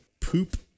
Poop